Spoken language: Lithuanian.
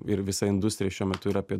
ir visa industrija šiuo metu yra apie